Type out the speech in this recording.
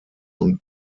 und